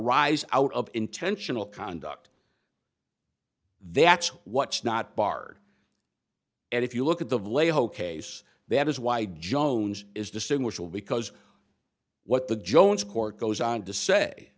rise out of intentional conduct that's what's not barred and if you look at the vlei whole case that is why jones is distinguishable because what the jones court goes on to say